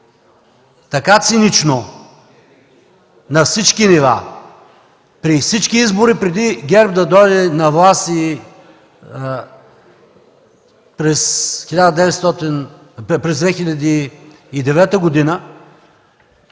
така цинично на всички нива при всички избори преди ГЕРБ да дойде на власт през 2009 г.,